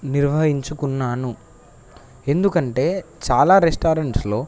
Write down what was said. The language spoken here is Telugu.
నిర్వహించుకున్నాను ఎందుకంటే చాలా రెస్టారెంట్స్లో